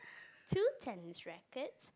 two tennis rackets